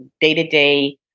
day-to-day